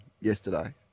yesterday